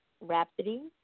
Rhapsody